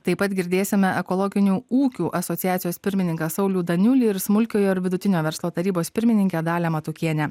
taip pat girdėsime ekologinių ūkių asociacijos pirmininką saulių daniulį ir smulkiojo ir vidutinio verslo tarybos pirmininkę dalią matukienę